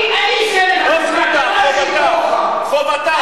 לא זכותה, חובתה.